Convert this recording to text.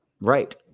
Right